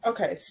Okay